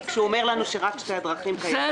כשהוא אומר לנו שרק שתי הדרכים קיימות,